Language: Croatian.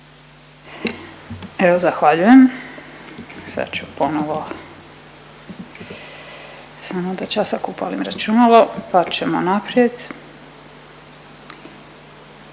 Evo zahvaljujem. Sad ću pomalo, samo da časak upalim računalo, pa ćemo naprijed.